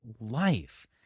life